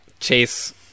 chase